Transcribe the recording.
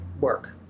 work